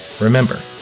remember